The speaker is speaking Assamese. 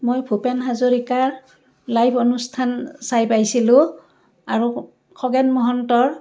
মই ভূপেন হাজৰিকাৰ লাইভ অনুষ্ঠান চাই পাইছিলোঁ আৰু খগেন মহন্তৰ